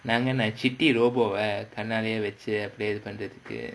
நாங்க என்ன சிட்டி ரோபாவா கண்ணால வச்சி இது பண்றதுக்கு:naanga enna chitti robovaa kannaala vachi idhu pandrathukku